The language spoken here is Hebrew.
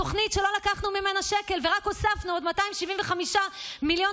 התוכנית שלא לקחנו ממנה שקל ורק הוספנו עוד 275 מיליון